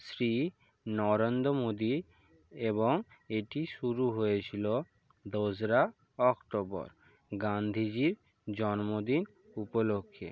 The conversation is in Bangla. শ্রী নরেন্দ্র মোদী এবং এটি শুরু হয়েছিল দোসরা অক্টোবর গান্ধীজির জন্মদিন উপলক্ষ্যে